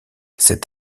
cet